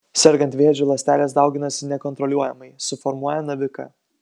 sergant vėžiu ląstelės dauginasi nekontroliuojamai suformuoja naviką